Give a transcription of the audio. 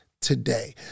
today